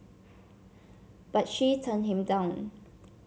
but she turned him down